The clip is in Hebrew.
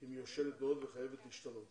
היא מיושנת מאוד וחייבת להשתנות.